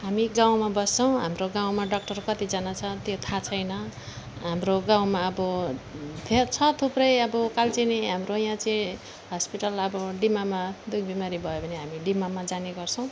हामी गाउँमा बस्छौँ हाम्रो गाउँमा डक्टर कतिजना छ त्यो थाहा छैन हाम्रो गाउँमा अब धेर छ थुप्रै अब कालचिनी हाम्रो याहाँ चाहिँ हस्पिटल अब डिमामा दुखबिमारी भयो भने हामी डिमामा जाने गर्छौँ